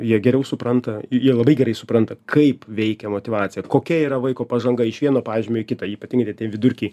jie geriau supranta jie labai gerai supranta kaip veikia motyvacija kokia yra vaiko pažanga iš vieno pažymio į kitą ypatingai tai tie vidurkiai